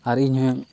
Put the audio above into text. ᱟᱨ ᱤᱧᱦᱚᱸ